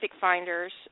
finders